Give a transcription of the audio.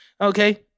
Okay